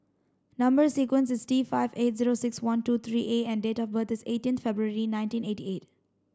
number sequence is T five eight zero six one two three A and date of birth is eighteen February nineteen eighty eight